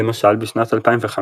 למשל, בשנת 2015,